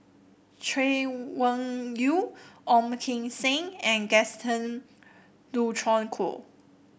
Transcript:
Chay Weng Yew Ong Kim Seng and Gaston Dutronquoy